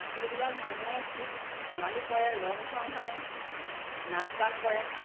এইবিলাক মানুহে খুব ধেমালি কৰে ৰং চং সানে নাচ বাগ কৰে